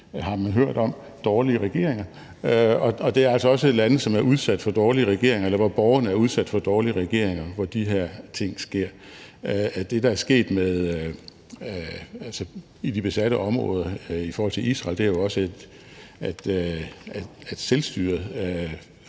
er udsat for dårlige regeringer, eller hvor borgerne er udsat for dårlige regeringer, at de her ting sker. Det, der er sket i de besatte områder i forhold til Israel, er jo også, at selvstyret